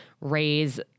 raise